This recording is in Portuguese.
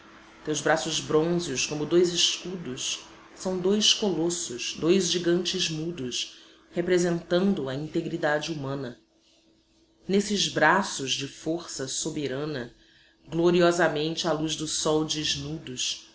ufana teus braços brônzeos como dois escudos são dois colossos dois gigantes mudos representando a integridade humana nesses braços de força soberana gloriosamente à luz do sol desnudos